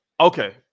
Okay